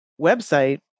website